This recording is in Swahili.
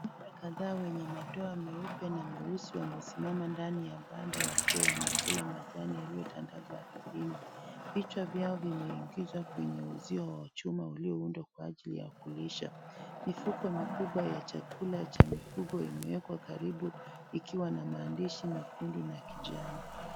Ng'ombe kadhaa wenye madoa meupe na meusi wamesimama ndani ya banda wakiwa wanakula majani yaliyotandazwa ardhini. Vichwa vyao vimeingizwa kwenye uzio wa chuma walioundwa kwa ajili ya kulisha. Mifuko mikubwa ya chakula cha mifugo imewekwa karibu ikiwa na maandishi mekundu na kijani